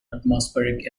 atmospheric